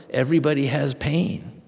everybody has pain